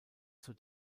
zur